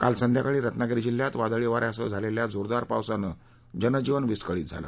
काल संध्याकाळी रत्नागिरी जिल्ह्यात वादळी वाऱ्यासह झालेल्या जोरदार पावसानं जनजीवन विस्कळीत झालं